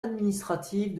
administrative